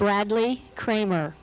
bradley kramer